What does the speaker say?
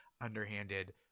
underhanded